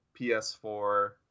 PS4